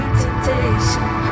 temptation